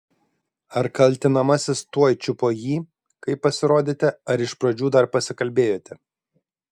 ar kaltinamasis tuoj čiupo jį kai pasirodėte ar iš pradžių dar pasikalbėjote